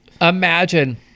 Imagine